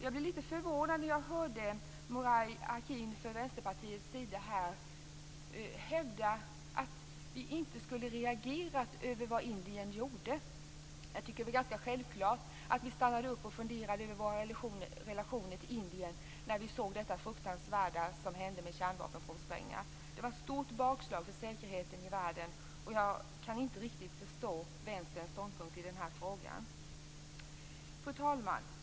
Jag blev lite förvånad när jag hörde Murad Artin från Vänsterpartiets sida hävda att vi inte skulle ha reagerat över vad Indien gjorde. Jag tycker att det var självklart att vi stannade upp och funderade över våra relationer till Indien när dessa fruktansvärda kärnvapenprovsprängningar skedde. Det var ett stort bakslag för säkerheten i världen. Jag kan inte riktigt förstå Vänsterns ståndpunkt i den frågan. Fru talman!